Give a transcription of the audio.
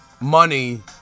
money